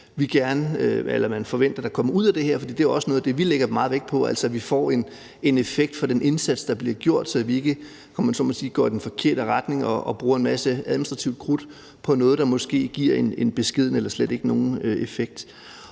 man forventer der kommer ud af det her? Det er jo også noget af det, vi lægger meget vægt på, altså at vi får en effekt for den indsats, der bliver gjort, så vi ikke, om man så må sige, går i den forkerte retning og bruger en masse administrativt krudt på noget, der måske giver en beskeden eller slet ikke nogen effekt.